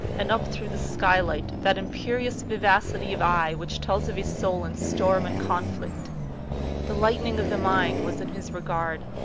and up through the skylight, that imperious vivacity of eye which tells of a soul in storm and conflict the light ning of the mind was in his regard.